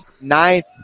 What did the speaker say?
ninth